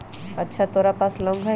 अच्छा तोरा पास लौंग हई?